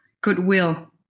goodwill